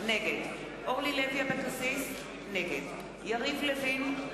נגד אורלי לוי אבקסיס, נגד יריב לוין,